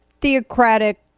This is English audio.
theocratic